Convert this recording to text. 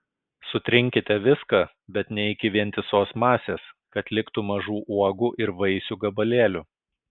sutrinkite viską bet ne iki vientisos masės kad liktų mažų uogų ir vaisių gabalėlių